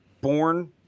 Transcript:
born